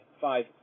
five